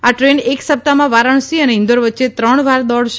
આ ટ્રેન એક સપ્તાહમાં વારાણસી અને ઈન્દોર વચ્ચે ત્રણ વાર દોડશે